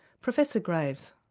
professor graves.